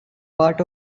part